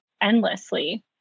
endlessly